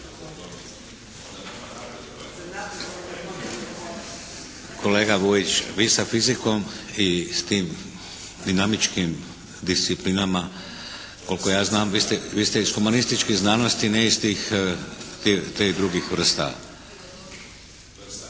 Kolega Vujić vi sa fizikom i s tim dinamičkim disciplinama. Koliko ja znam vi ste iz humanističkih znanosti, ne iz tih drugih vrsta.